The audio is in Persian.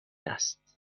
است